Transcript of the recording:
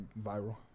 viral